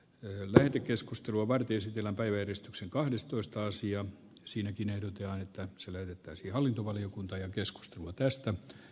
lähetekeskustelua varten tilata yhdistyksen kahdestoista sija siinäkin ehdotetaan että se levittäisi hallintovaliokunta ja arvoisa puhemies